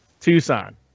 Tucson